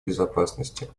безопасности